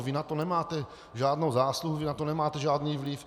Vy na tom nemáte žádnou zásluhu, vy na to nemáte žádný vliv.